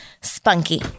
spunky